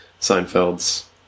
Seinfeld's